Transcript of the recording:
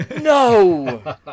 No